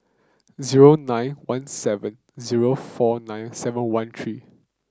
zero nine one seven zero four nine seven one three